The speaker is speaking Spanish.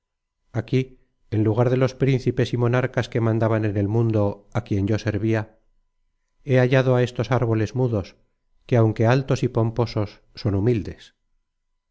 aquí en lugar de los principes y monarcas que mandaban en el mundo á quien yo servia he hallado á estos árboles mudos que aunque altos y pomposos son humildes